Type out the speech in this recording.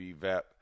vet